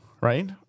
right